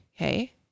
okay